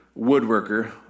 woodworker